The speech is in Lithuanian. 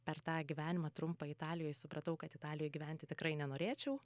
per tą gyvenimą trumpą italijoj supratau kad italijoj gyventi tikrai nenorėčiau